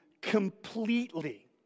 completely